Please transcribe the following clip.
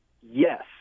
Yes